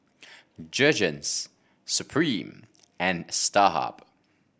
Jergens Supreme and Starhub